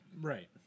Right